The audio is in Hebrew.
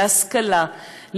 להשכלה,